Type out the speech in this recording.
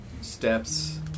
steps